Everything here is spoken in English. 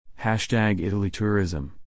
ItalyTourism